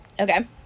Okay